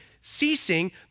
ceasing